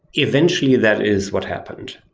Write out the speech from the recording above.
eventually, that is what happened.